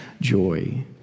joy